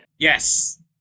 Yes